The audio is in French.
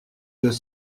deux